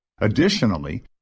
Additionally